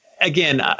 again